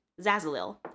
zazalil